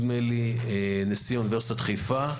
נשיא אוניברסיטת חיפה,